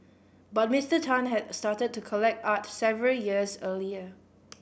but Mister Tan had started to collect art several years earlier